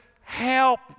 help